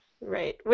Right